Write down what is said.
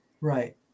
Right